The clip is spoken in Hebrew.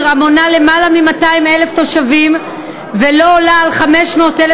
המונה למעלה מ-200,000 תושבים ולא יותר מ-500,000